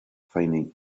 finding